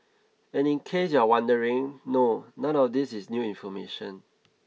and in case you're wondering no none of these is new information